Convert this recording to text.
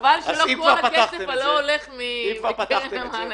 אם כבר פתחתם את זה --- חבל שכל הכסף לא הולך מקרן המענקים.